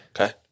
Okay